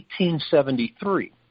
1873